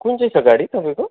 कुन चाहिँ छ गाडी तपाईँको